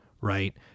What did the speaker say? right